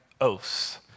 oaths